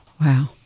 Wow